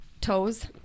toes